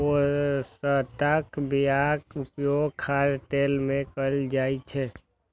पोस्ताक बियाक उपयोग खाद्य तेल मे कैल जाइ छै